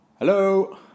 Hello